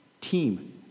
team